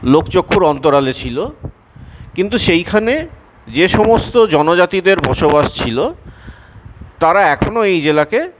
লোকচক্ষুর অন্তরালে ছিল কিন্তু সেইখানে যে সমস্ত জনজাতিদের বসবাস ছিল তারা এখনো এই জেলাকে